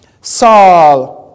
Saul